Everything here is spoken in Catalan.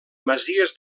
masies